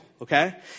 okay